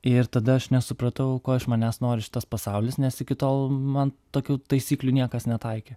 ir tada aš nesupratau ko iš manęs nori šitas pasaulis nes iki tol man tokių taisyklių niekas netaikė